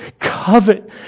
covet